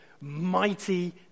mighty